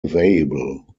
available